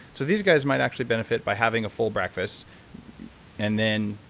so these guys might actually benefit by having a full breakfast and then.